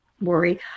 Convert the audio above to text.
Worry